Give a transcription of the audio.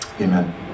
amen